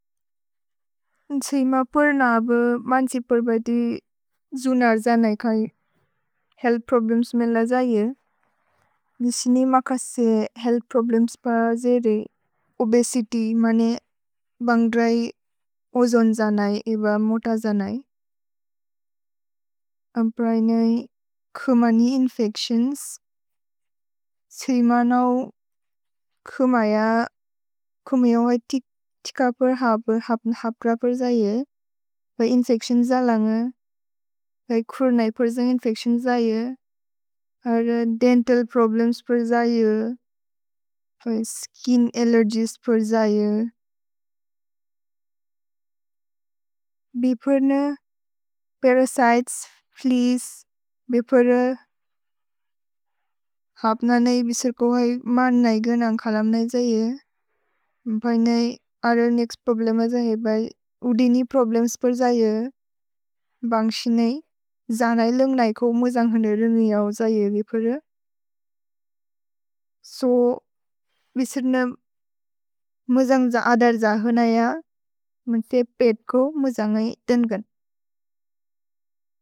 Aim प्र्न अब् मन्क्सि प्र्बइ जुनर् जनय् कज् हेअल्थ् प्रोब्लेम्स् मेल जयिर्। ए सिनिम कक्से हेअल्थ् प्रोब्लेम्स् प जेरे ओबेसित्य् मने बन्ग्द्रै ओजोन् जनय् एब मोत जनय्। अम् प्रएनय् खमनि इन्फेच्तिओन्स्। एइम नौ खमज, खमिओ है तिक प्र् हप, हप्न हप प्र प्र् जयिर्। इन्फेच्तिओन्स् जलन, क्रोनय् प्र् जनय् इन्फेच्तिओन्स् जयिर्। देन्तल् प्रोब्लेम्स् प्र् जयिर्। स्किन् अल्लेर्गिएस् प्र् जयिर्। भि प्र्न परसितेस्, फ्लेअस् बि प्र्र हप्न नै बिस्र्को है मन् नै गन अन्खलम् नै जयिर्। भैन् नै ओथेर् नेक्स्त् प्रोब्लेम जयिर् बै। उदिनि प्रोब्लेम्स् प्र् जयिर्। भन्ग्क्सि नै जनय् लोन्ग् नै को मुजन्ग् हने रिनु जौ जयिर् बि प्र्र। सो बिस्र्ने मुजन्ग् ज ओथेर् जहुन य, मुन्ते पेत् को मुजन्गै देन्गन्।